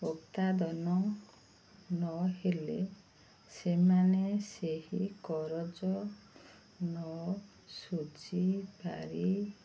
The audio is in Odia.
ଉତ୍ପାଦନ ନହେଲେ ସେମାନେ ସେହି କରଜ ନ ସୁୁଝିପାରି